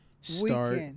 start